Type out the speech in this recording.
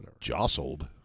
Jostled